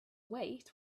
wait